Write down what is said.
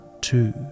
two